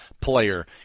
player